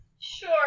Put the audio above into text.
Sure